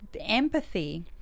empathy